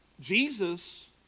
Jesus